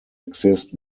exist